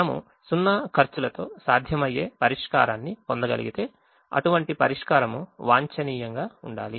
మనము 0 ఖర్చులతో సాధ్యమయ్యే పరిష్కారాన్ని పొందగలిగితే అటువంటి పరిష్కారం వాంఛనీయంగా ఉండాలి